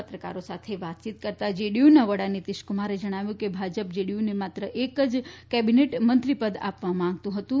પત્રકારો સાથે વાતચીત કરતા જેડીયુના વડા નીતિશ કુમારે જણાવ્યું હતું કે ભાજપ જેડીયુને માત્ર એક જ કેબિનેટ મંત્રી પદ આપવા માંગતુ ફતું